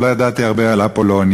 אבל לא ידעתי הרבה על אפולוניה.